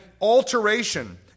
alteration